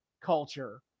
culture